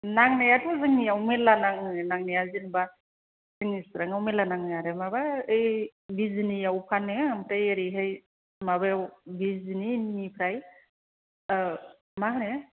नांनायाथ' जोंनियाव मेल्ला नाङो नांनाया जेनोबा जोंनि सिराङाव मेरला नाङो आरो माबा बै बिजिनीयाव फानो ओमफ्राय ओरैहाय माबायाव बिजिनी निफ्राय ओ मा होनो